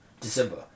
December